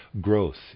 growth